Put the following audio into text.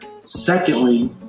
Secondly